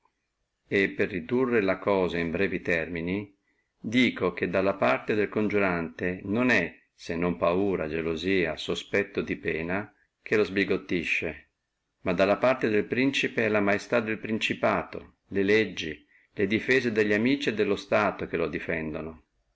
e per ridurre la cosa in brevi termini dico che dalla parte del coniurante non è se non paura gelosia sospetto di pena che lo sbigottisce ma dalla parte del principe è la maestà del principato le leggi le difese delli amici e dello stato che lo difendano